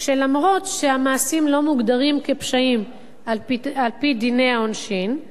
שאף שהמעשים לא מוגדרים כפשעים על-פי דיני העונשין,